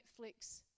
Netflix